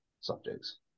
subjects